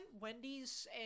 Wendy's